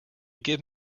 give